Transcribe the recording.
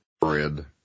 bread